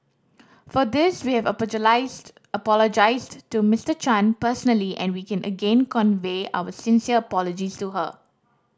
for this we have apologised to Mister Chan personally and we can again convey our sincere apologies to her